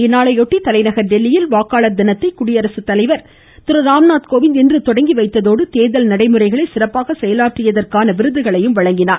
இந்நாளையொட்டி தலைநகர் தில்லியில் வாக்காளர் தினத்தை குடியரசுத்தலைவர் திருராம்நாத் கோவிந்த் இன்று தொடங்கி வைத்ததோடு நடைமுறைகளை சிறப்பாக செயலாற்றியதற்கான விருதுகளையும் வழங்கினார்